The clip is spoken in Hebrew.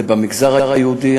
זה במגזר היהודי,